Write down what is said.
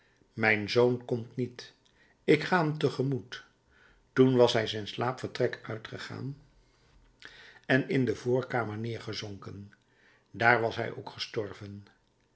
mijn zoon komt niet ik ga hem te gemoet toen was hij zijn slaapvertrek uitgegaan en in de voorkamer nedergezonken daar was hij ook gestorven